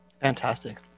Fantastic